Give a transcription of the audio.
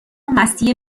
مستی